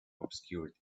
obscured